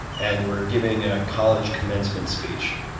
and were giving a college commencement speech,